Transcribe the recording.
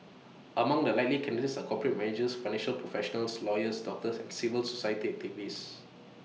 among the likely candidates are corporate managers finance professionals lawyers doctors and civil society activists